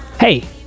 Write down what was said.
Hey